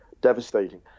devastating